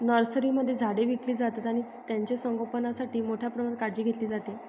नर्सरीमध्ये झाडे विकली जातात आणि त्यांचे संगोपणासाठी मोठ्या प्रमाणात काळजी घेतली जाते